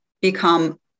become